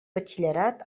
batxillerat